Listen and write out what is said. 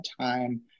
time